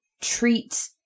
treat